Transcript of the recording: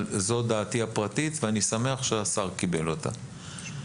זאת דעתי הפרטית ואני שמח שהשר קיבל אותה.